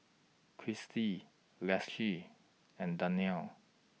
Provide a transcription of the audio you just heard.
Chrissie Leticia and Darnell